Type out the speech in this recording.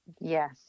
Yes